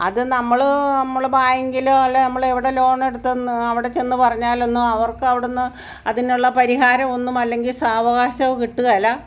അത് നമ്മൾ നമ്മൾ ബാങ്കിൽ അല്ലെ നമ്മൾ എവിടെ ലോണെടുത്തെന്ന് അവിടെ ചെന്ന് പറഞ്ഞാലൊന്നും അവർക്ക് അവിടെ നിന്ന് അതിനുള്ള പരിഹാരം ഒന്നും അല്ലെങ്കിൽ സാവകാശവും കിട്ടുകയില്ല